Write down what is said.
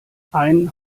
ein